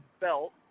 belt